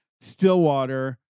Stillwater